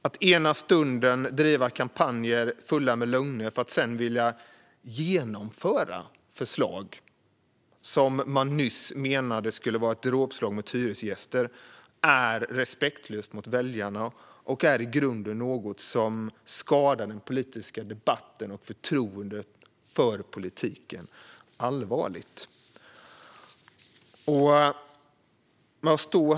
Att ena stunden driva kampanjer fulla med lögner för att sedan vilja genomföra förslag som man nyss menade skulle vara ett dråpslag mot hyresgäster är respektlöst mot väljarna och är i grunden något som skadar den politiska debatten och förtroendet för politiken allvarligt.